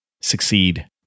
succeed